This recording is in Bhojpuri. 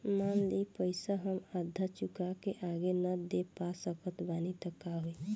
मान ली पईसा हम आधा चुका के आगे न दे पा सकत बानी त का होई?